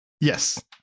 yes